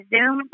Zoom